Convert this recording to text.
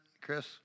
Chris